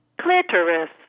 clitoris